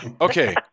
Okay